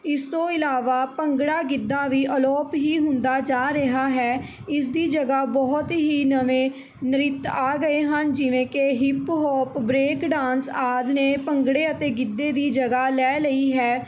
ਇਸ ਤੋਂ ਇਲਾਵਾ ਭੰਗੜਾ ਗਿੱਧਾ ਵੀ ਅਲੋਪ ਹੀ ਹੁੰਦਾ ਜਾ ਰਿਹਾ ਹੈ ਇਸ ਦੀ ਜਗ੍ਹਾ ਬਹੁਤ ਹੀ ਨਵੇਂ ਨ੍ਰਿੱਤ ਆ ਗਏ ਹਨ ਜਿਵੇਂ ਕਿ ਹਿਪ ਹੋਪ ਬਰੇਕਡਾਂਸ ਆਦਿ ਨੇ ਭੰਗੜੇ ਅਤੇ ਗਿੱਧੇ ਦੀ ਜਗ੍ਹਾ ਲੈ ਲਈ ਹੈ